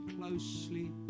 closely